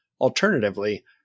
alternatively